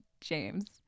James